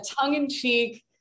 tongue-in-cheek